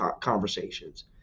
conversations